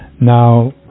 Now